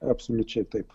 absoliučiai taip